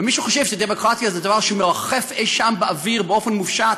ומי שחושב שדמוקרטיה זה דבר שמרחף אי-שם באוויר באופן מופשט,